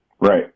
Right